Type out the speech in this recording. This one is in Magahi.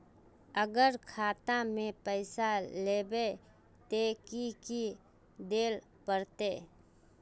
अगर खाता में पैसा लेबे ते की की देल पड़ते?